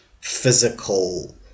physical